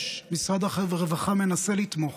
יש, משרד הרווחה מנסה לתמוך,